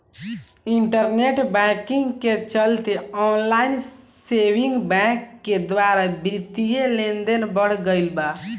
internet banking के चलते online saving bank के द्वारा बित्तीय लेनदेन बढ़ गईल बा